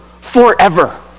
forever